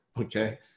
Okay